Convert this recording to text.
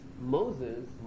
Moses